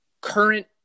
current